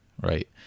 right